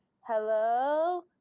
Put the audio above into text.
hello